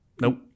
Nope